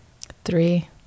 Three